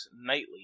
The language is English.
Nightly